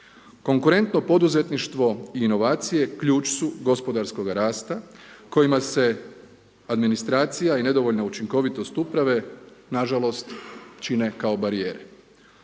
Konkurentno poduzetništvo i inovacije ključ su gospodarskoga rasta kojima se administracija i nedovoljna učinkovitost uprave nažalost čine kao barijere.